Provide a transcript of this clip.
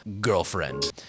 Girlfriend